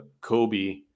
Kobe